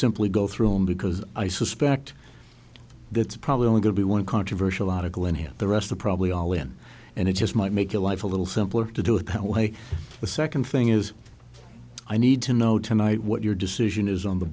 simply go through me because i suspect that's probably only going to be one controversial article in him the rest are probably all in and it just might make your life a little simpler to do it that way the second thing is i need to know tonight what your decision is on the